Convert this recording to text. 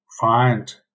find